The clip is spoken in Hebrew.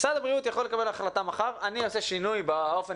משרד הבריאות יכול לקבל החלטה מחר: אני אעשה שינוי באופן